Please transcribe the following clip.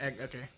okay